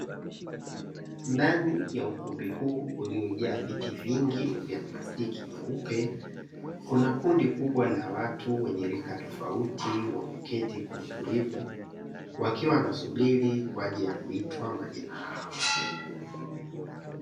Ndani ya ukumbi huu uliojaa viti vingi vya plastiki nyeupe, kuna kundi kubwa la watu wenye rika tofauti wameketi kwa utulivu wakiwa wanasubiri kwa ajili ya kuitwa majina yao.